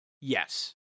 Yes